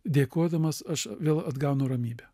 dėkodamas aš vėl atgaunu ramybę